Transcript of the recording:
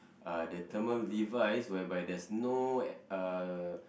uh the thermal device whereby there's no air uh